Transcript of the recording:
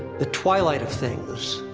the twilight of things.